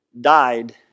died